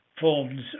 forms